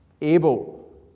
able